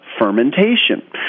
fermentation